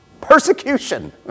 Persecution